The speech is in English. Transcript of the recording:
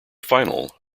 final